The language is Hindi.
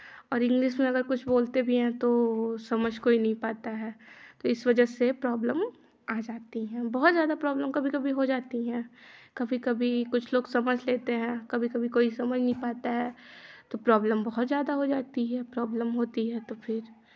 और इंग्लिश में अगर कुछ बोलते भी हैं तो समझ कोई नहीं पाता है तो इस वजह से प्रॉब्लम आ जाती है बहुत ज़्यादा प्रॉब्लम कभी कभी हो जाती हैं कभी कभी कुछ लोग समझ लेते हैं कभी कभी कोई समझ नहीं पाता है तो प्रॉब्लम बहुत ज़्यादा हो जाती है प्रॉब्लम होती है तो फिर